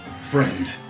friend